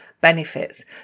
benefits